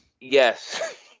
Yes